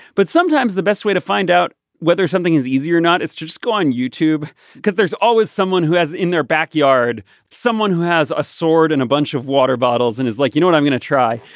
but sometimes the best way to find out whether something is easier or not is to just go on youtube because there's always someone who has in their backyard someone who has a sword and a bunch of water bottles and is like you know what i'm going to try.